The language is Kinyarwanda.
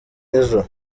ejo